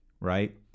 right